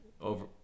over